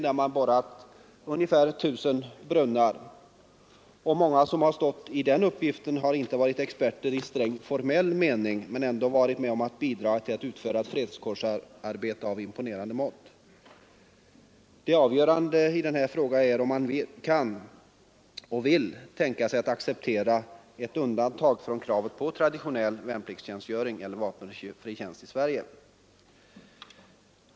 Man har där borrat ungefär 1 000 brunnar, och många av dem som deltagit i den uppgiften har inte varit experter i strängt formell mening men de har ändå medverkat till att utföra ett fredskårsarbete av imponerande mått. Det avgörande i denna fråga är om man kan och vill tänka sig acceptera ett undantag från kravet på traditionell värnpliktstjänstgöring eller vapenfri tjänst i Sverige.